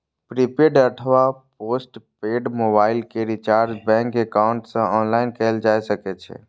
prepaid अथवा postpaid mobile के recharge bank account सं ऑनलाइन कैल जा सकै छै